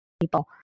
people